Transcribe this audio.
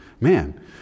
man